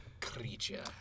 creature